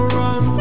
run